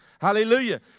Hallelujah